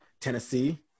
Tennessee